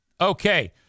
Okay